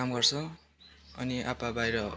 काम गर्छ अनि आप्पा बाहिर